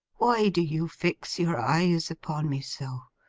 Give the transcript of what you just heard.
why do you fix your eyes upon me so?